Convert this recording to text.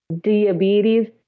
diabetes